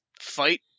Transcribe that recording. fight